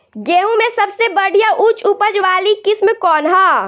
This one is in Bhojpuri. गेहूं में सबसे बढ़िया उच्च उपज वाली किस्म कौन ह?